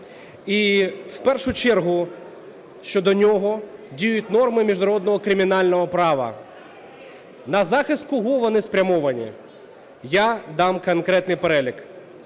І в першу чергу щодо нього діють норми міжнародного кримінального права. На захист кого вони спрямовані – я дам конкретний перелік.